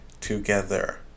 together